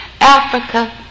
Africa